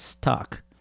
Talk